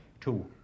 Two